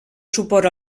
suport